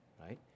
Right